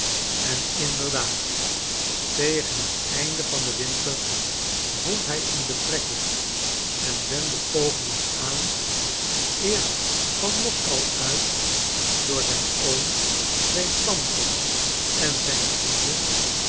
en inderdaad tegen het einde van den winter vond hij een betrekking en wendde pogingen aan eerst van moskou uit door zijn oom zijn tantes en zijn vrienden